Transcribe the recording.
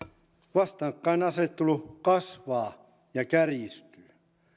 vastakkainasettelu kasvaa ja kärjistyy